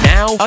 Now